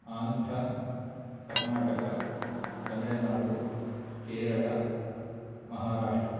Andhra Karnataka Tamil Nadu Kerala Maharashtra